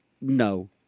No